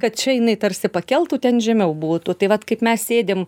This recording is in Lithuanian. kad čia jinai tarsi pakeltų ten žemiau būtų tai vat kaip mes sėdim